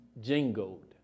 jingled